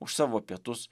už savo pietus